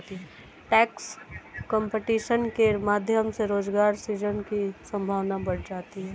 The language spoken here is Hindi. टैक्स कंपटीशन के माध्यम से रोजगार सृजन की संभावना बढ़ जाती है